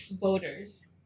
voters